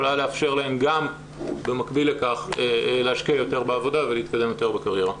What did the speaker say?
יכולה לאפשר להן גם במקביל להשקיע יותר בעבודה ולהתקדם יותר בקריירה.